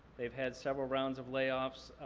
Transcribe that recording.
they've had several rounds of layoffs,